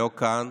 לא כאן